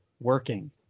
working